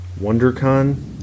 WonderCon